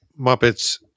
Muppets